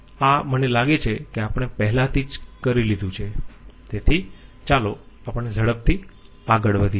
આ મને લાગે છે કે આપણે પહેલાથી જ કરી લીધું છે તેથી ચાલો આપણે ઝડપથી આગળ વધીયે